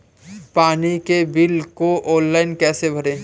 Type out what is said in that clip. पानी के बिल को ऑनलाइन कैसे भरें?